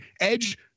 Edge